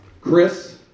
Chris